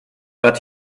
but